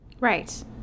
Right